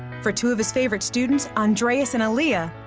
for two of his favorite students, andreas and alia,